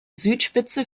südspitze